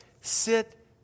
Sit